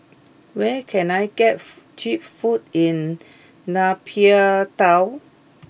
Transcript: where can I get food cheap food in Nay Pyi Taw